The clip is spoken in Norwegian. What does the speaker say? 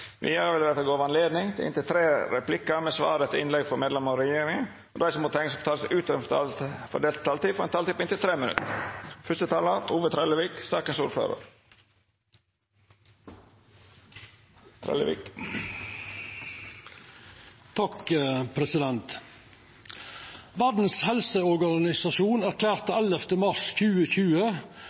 Videre vil det bli gitt anledning til replikker med svar etter innlegg fra medlemmer av regjeringen, og de som måtte tegne seg på talerlisten utover den fordelte taletid, får en taletid på inntil 3 minutter.